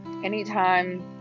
Anytime